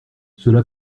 cela